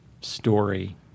story